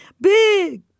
big